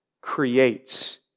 creates